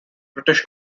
british